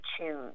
choose